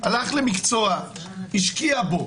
הלך למקצוע, השקיע בו.